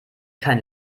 kein